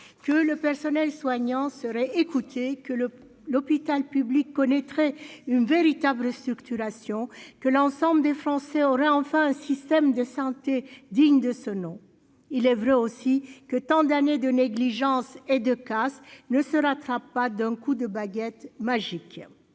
que le personnel soignant serait écoutez que le l'hôpital public connaîtrait une véritable restructuration que l'ensemble des Français aurait enfin un système de santé digne de ce nom, il est vrai aussi que tant d'années de négligence et de casse ne se rattrape pas d'un coup de baguette magique,